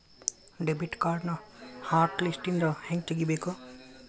debit ಕಾರ್ಡ್ನ hot ಲಿಸ್ಟ್ನಿಂದ ಹೆಂಗ ತೆಗಿಬೇಕ